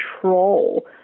control